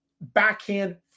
backhand